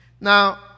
Now